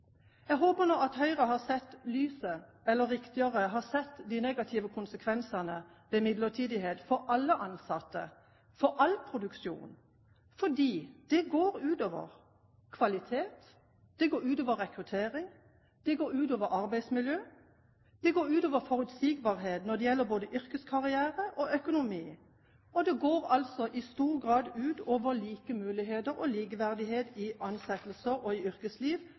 Jeg håper nå at Høyre har sett lyset, eller, rettere sagt, har sett de negative konsekvensene av midlertidighet for alle ansatte, for all produksjon, fordi det går ut over kvaliteten, det går ut over rekrutteringen, det går ut over arbeidsmiljøet, det går ut over forutsigbarheten når det gjelder yrkeskarriere og økonomi, og det går altså i stor grad ut over det at det skal være like muligheter og likeverdighet i ansettelser og i yrkesliv,